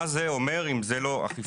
מה זה אומר אם זה לא אכיפה?